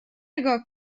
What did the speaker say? نگاه